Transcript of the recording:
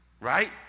right